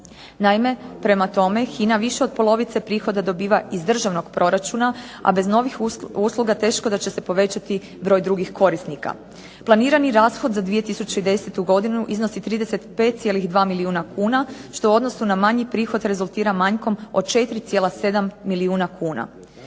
Naime, prema tome HINA više od polovice prihoda dobiva iz državnog proračuna, a bez novih usluga teško da će se povećati broj drugih korisnika. Planirani rashod za 2010. godinu iznosi 35,2 milijuna kuna što u odnosu na manji prihod rezultira manjkom od 4,7 milijuna kuna.